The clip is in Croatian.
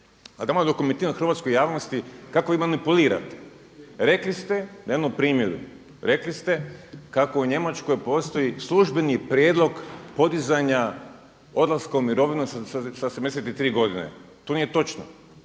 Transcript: A tamo je dokumentirano hrvatskoj javnosti kako je manipulirate. Rekli ste na jednom primjeru, rekli ste kako u Njemačkoj postoji službeni prijedlog podizanja odlaska u mirovinu sa 73 godine. To nije točno.